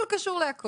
הכול קשור להכול.